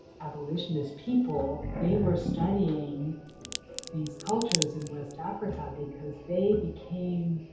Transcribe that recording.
abolitionist people, they were studying these cultures in west africa because they became